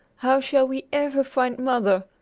how shall we ever find mother?